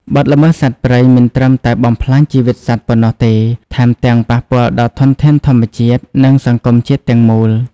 បទល្មើសសត្វព្រៃមិនត្រឹមតែបំផ្លាញជីវិតសត្វប៉ុណ្ណោះទេ ថែមទាំងប៉ះពាល់ដល់ធនធានធម្មជាតិ និងសង្គមជាតិទាំងមូល។